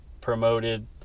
promoted